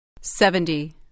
Seventy